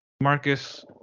Marcus